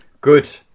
Good